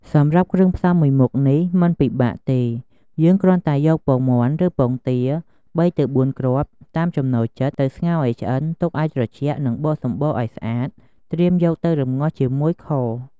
សម្រាប់គ្រឿងផ្សំមួយមុខនេះ មិនពិបាកទេ យើងគ្រាន់តែយកពងមាន់ ឬពងទា ៣ទៅ៤គ្រាប់ តាមចំណូលចិត្ត ទៅស្ងោរឱ្យឆ្អិន ទុកឱ្យត្រជាក់ និងបកសំបកឱ្យស្អាត ត្រៀមយកទៅរំងាស់ជាមួយខ។